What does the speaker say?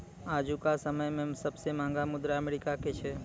आजुका समय मे सबसे महंगा मुद्रा अमेरिका के छै